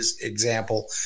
example